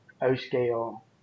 O-scale